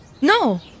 No